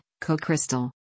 Co-Crystal